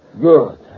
Good